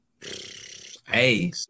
Hey